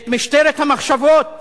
את משטרת המחשבות